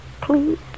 Please